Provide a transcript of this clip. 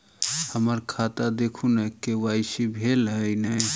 हम्मर खाता देखू नै के.वाई.सी भेल अई नै?